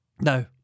No